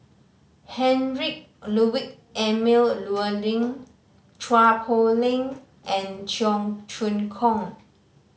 Heinrich Ludwig Emil Luering Chua Poh Leng and Cheong Choong Kong